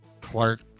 Clark